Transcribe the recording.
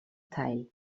teil